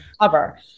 cover